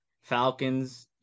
Falcons